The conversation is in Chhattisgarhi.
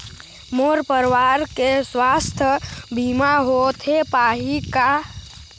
मोर परवार के सुवास्थ बीमा होथे पाही का?